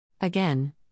Again